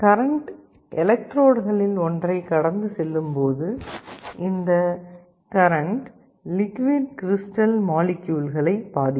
current எலக்ட்ரோட்களில் ஒன்றைக் கடந்து செல்லும்போது இந்த கரண்ட் லிக்விட் கிரிஸ்டல் மாலிக்யூல்களை பாதிக்கும்